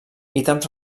ítems